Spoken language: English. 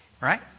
Right